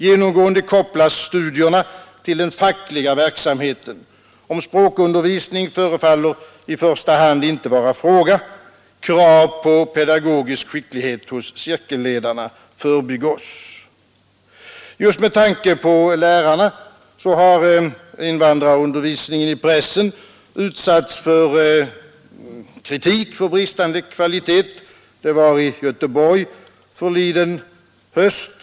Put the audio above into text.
Genomgående kopplas studierna till den fackliga verksamheten. Om språkundervisning förefaller det i första hand inte vara fråga. Krav på pedagogisk skicklighet hos cirkelledarna förbigås. Just med tanke på lärarna har invandrarundervisningen i pressen utsatts för kritik för bristande kvalitet. Det skedde i Göteborg förliden höst.